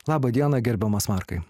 laba diena gerbiamas markai